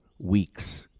weeks